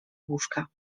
łóżka